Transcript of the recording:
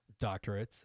doctorates